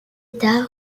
états